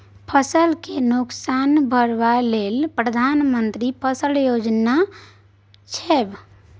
फसल केँ नोकसान भरबा लेल प्रधानमंत्री फसल बीमा योजना छै